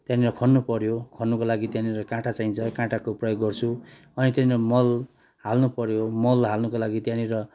त्यहाँनिर खन्नु पऱ्यो खन्नुको लागि त्यहाँनिर काँटा चाहिन्छ काँटाको प्रयोग गर्छु अनि त्यहाँनिर मल हाल्न पऱ्यो मल हाल्नुको लागि त्यहाँनिर